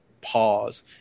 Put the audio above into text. pause